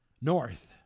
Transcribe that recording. north